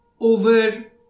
over